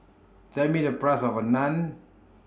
Tell Me The Price of A Naan